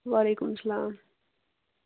وعلیکُم السلام